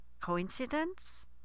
Coincidence